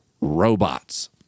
Robots